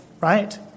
right